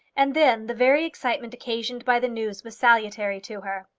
and then the very excitement occasioned by the news was salutary to her.